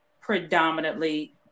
predominantly